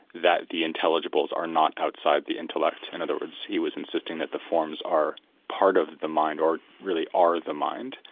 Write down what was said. that the intelligibles are not outside the intellect. in other words, he was insisting that the forms are part of the mind, or really are the mind,